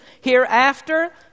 hereafter